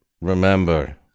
remember